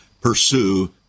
pursue